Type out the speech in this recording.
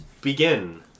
begin